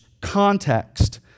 context